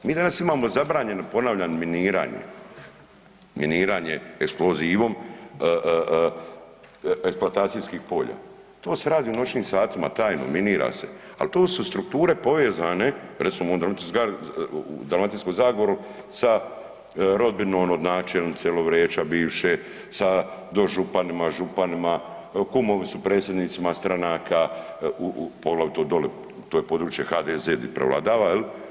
Mi danas imamo zabranjeno ponavljam miniranje, miniranje eksplozivom eksploatacijskih polja, to se radi u noćnim satima tajno minira se, ali tu su strukture povezane recimo u Dalmatinskoj zagori sa rodbinom od načelnice Lovreća bivše, sa dožupanima, županima, kumovi su predsjednicima stranaka, poglavito doli to je područje HDZ di prevladava, je li?